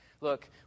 Look